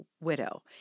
widow